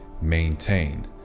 maintain